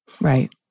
Right